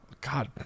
god